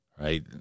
right